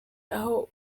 aho